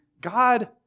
God